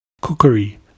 cookery